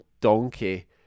Donkey